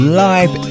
live